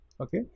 okay